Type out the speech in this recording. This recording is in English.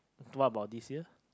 what about this year